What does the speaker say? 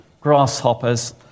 grasshoppers